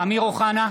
אמיר אוחנה,